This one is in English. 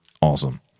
awesome